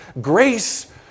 grace